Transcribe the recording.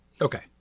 okay